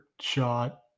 shot